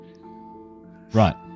Right